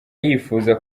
yifuza